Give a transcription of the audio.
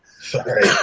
Sorry